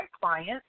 clients